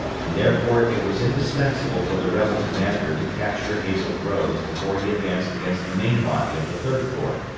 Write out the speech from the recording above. and therefore it was indispensable for the rebel commander to capture hazel grove before he advanced against the main body of the third corps,